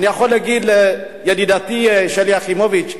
אני יכול להגיד לידידתי שלי יחימוביץ,